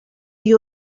you